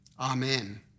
Amen